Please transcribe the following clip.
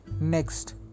Next